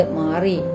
mari